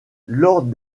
lors